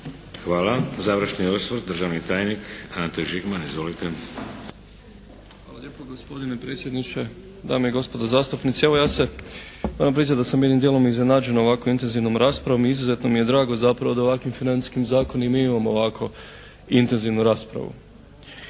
Hvala. Završni osvrt, državni tajnik Ante Žigman. Izvolite. **Žigman, Ante** Hvala lijepo gospodine predsjedniče, dame i gospodo zastupnici. Evo ja se, moram priznati da sam jednim dijelom iznenađen ovako intenzivnom raspravom i izuzetno mi je drago zapravo da ovakvim financijskim zakonom i mi imamo ovako intenzivnu raspravu.